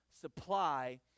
supply